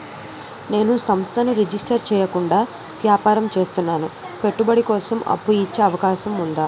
నేను సంస్థను రిజిస్టర్ చేయకుండా వ్యాపారం చేస్తున్నాను పెట్టుబడి కోసం అప్పు ఇచ్చే అవకాశం ఉందా?